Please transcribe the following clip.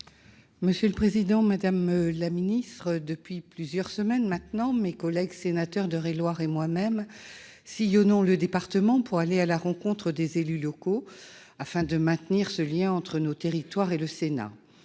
collectivités territoriales. Depuis plusieurs semaines maintenant, mes collègues sénateurs d'Eure-et-Loir et moi-même sillonnons le département pour aller à la rencontre des élus locaux, afin de maintenir ce lien entre nos territoires et le Sénat.